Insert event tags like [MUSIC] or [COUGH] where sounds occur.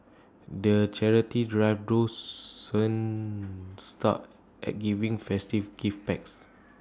the charity drive [UNINTELLIGIBLE] stop at giving festive gift packs